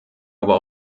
aber